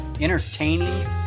entertaining